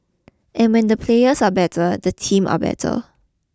and when the players are better the teams are better